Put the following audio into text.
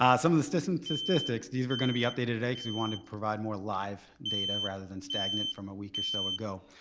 um some of the system statistics, these were gonna be updated today cause we wanted to provide more live data rather than stagnant from a week or so ago.